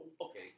Okay